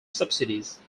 subsidies